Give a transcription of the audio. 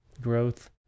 growth